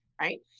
right